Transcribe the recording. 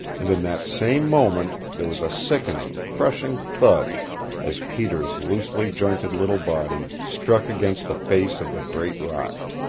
and in that same moment there was a sickening, crushing thud as peter's loosely-jointed little body struck against the face of the great rock.